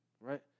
Right